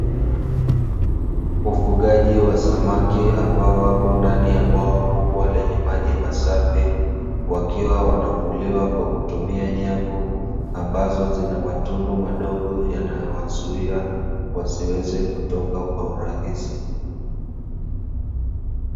Ufugaji wa samaki ambao wapo ndani ya bwawa kubwa lenye maji masafi. Wakiwa wanavuliwa kwa kutumia nyavu ambazo zina matundu madogo yanayowazuia wasiweze kutoka kwa urahisi.